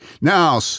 Now